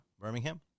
Birmingham